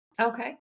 Okay